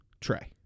Trey